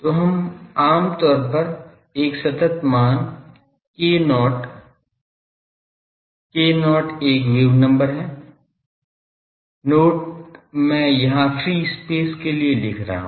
तो हम आमतौर पर एक सतत मान k नोट k नोट एक वेव नंबर है 'नोट' मैं यहां फ्री स्पेस के लिए लिख रहा हूं